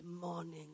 morning